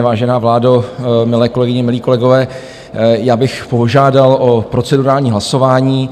Vážená vládo, milé kolegyně, milí kolegové, já bych požádal o procedurální hlasování.